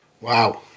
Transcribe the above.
Wow